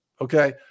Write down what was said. Okay